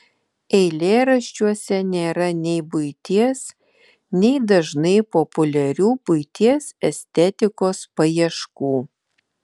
eilėraščiuose nėra nei buities nei dažnai populiarių buities estetikos paieškų